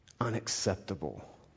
unacceptable